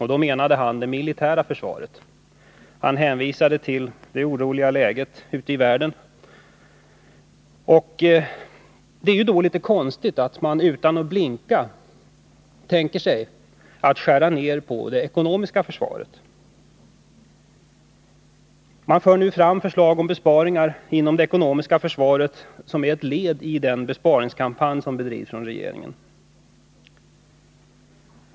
Han menade det militära försvaret och hänvisade till det oroliga läget ute i världen. Det är då litet konstigt att man utan att blinka anser sig kunna skära ner det ekonomiska försvaret. Man för nu fram förslag om besparingar inom det ekonomiska försvarets ram som ett led i den besparingskampanj som bedrivs av regeringen.